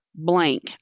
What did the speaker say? blank